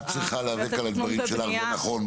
את צריכה להיאבק על הדברים שלך זה נכון,